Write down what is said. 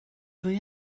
dwi